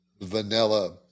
vanilla